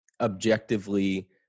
objectively